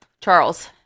Charles